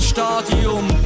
Stadium